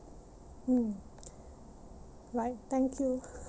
mm right thank you